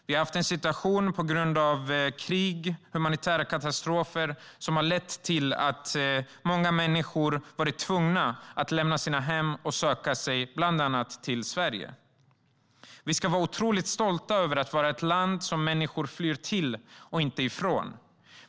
Vi har haft en situation där krig och humanitära katastrofer har lett till att många människor varit tvungna att lämna sina hem och söka sig till bland annat Sverige. Vi ska vara otroligt stolta över att vara ett land som människor flyr till och inte från.